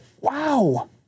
wow